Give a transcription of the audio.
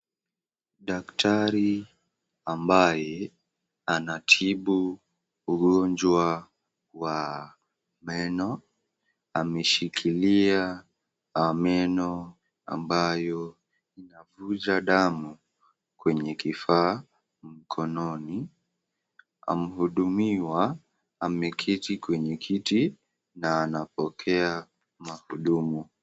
Daktari ambaye anatibu ugonjwa wa meno ameshikilia meno ambayo yanavuja damu kwenye kifaa mkononi na mhudumiwa ameketi kwenye kiti na anapokea mahudumu.